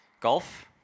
Golf